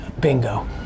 bingo